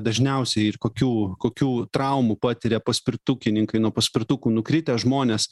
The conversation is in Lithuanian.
dažniausiai ir kokių kokių traumų patiria paspirtukininkai nuo paspirtukų nukritę žmonės